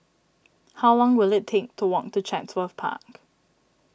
how long will it take to walk to Chatsworth Park